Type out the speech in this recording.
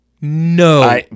No